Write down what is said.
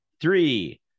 three